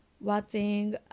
watching